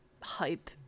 hype